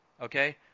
okay